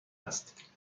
است